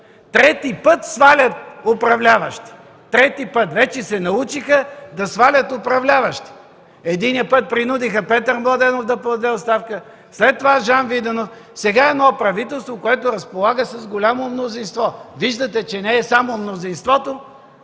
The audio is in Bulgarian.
Трети път свалят управляващи. Трети път! Вече се научиха да свалят управляващи. Единия път принудиха Петър Младенов да подаде оставка, а след това – Жан Виденов, сега – едно правителство, което разполага с голямо мнозинство. Виждате, че не е само мнозинството.